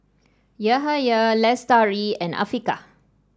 Yahaya Lestari and Afiqah